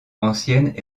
anciennes